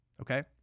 Okay